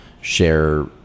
share